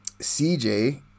CJ